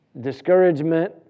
discouragement